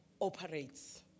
operates